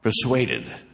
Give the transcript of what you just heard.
persuaded